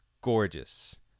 gorgeous